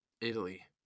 Italy